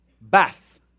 bath